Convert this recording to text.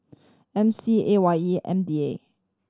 M C A Y E M D A